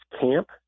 camp